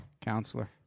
Counselor